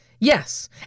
Yes